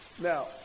Now